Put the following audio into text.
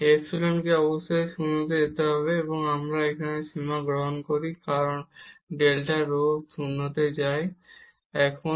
ইপসিলনকে অবশ্যই 0 তে যেতে হবে এবং আমরা এখানে সীমা গ্রহণ করি কারণ ডেল্টা রো 0 তে যায় 0